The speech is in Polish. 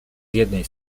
jednej